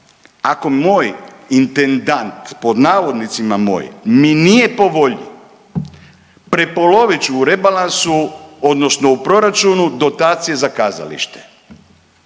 ako moj intendant pod navodnicima moj mi nije po volji prepolovit ću u rebalansu odnosno u proračunu dotacije za kazalište,